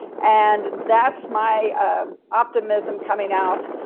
and that's my optimism coming out.